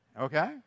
okay